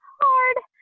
hard